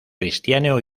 cristiano